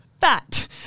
fat